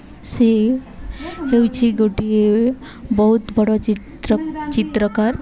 ସେ ହେଉଛି ଗୋଟିଏ ବହୁତ ବଡ଼ ଚିତ୍ର ଚିତ୍ରକାର